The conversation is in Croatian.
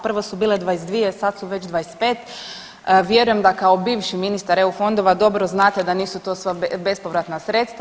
Prvo su bile 22, sad su već 25, vjerujem da kao bivši ministar EU fondova dobro znate da nisu to sva bespovratna sredstva.